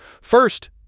First